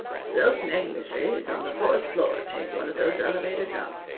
silk negligees on the fourth floor. take one of those elevators up,